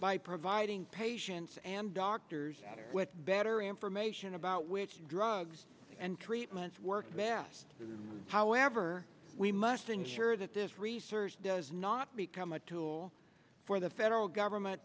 by providing patients and doctors with better information about which drugs and treatments work best however we must ensure that this research does not become a tool for the federal government